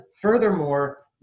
furthermore